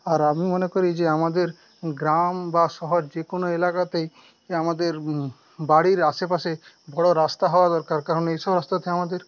আর আমি মনে করি যে আমাদের গ্রাম বা শহর যে কোনো এলাকাতেই আমাদের বাড়ির আশেপাশে বড় রাস্তা হওয়া দরকার কারণ এসব রাস্তাতে আমাদের